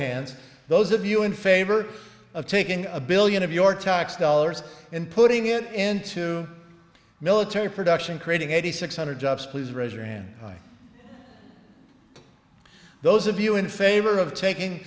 hands those of you in favor of taking a billion of your tax dollars and putting it into military production creating eighty six hundred jobs please raise your hand those of you in favor of taking